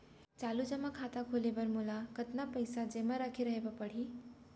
चालू जेमा खाता खोले बर मोला कतना पइसा जेमा रखे रहे बर पड़ही?